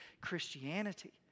Christianity